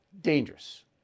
dangerous